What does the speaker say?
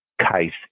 case